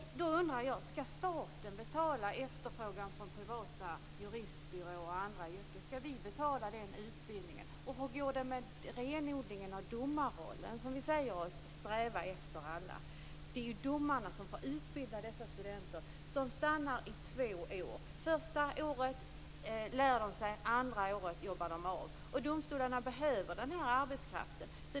Jag undrar: Skall staten betala efterfrågan från privata juristbyråer? Skall vi betala den utbildningen? Hur går det med renodlingen av domarrollen, som vi alla säger oss sträva efter? Det är domarna som får utbilda dessa studenter som stannar i två år. Första året lär de sig, andra året jobbar de av. Domstolarna behöver denna arbetskraft.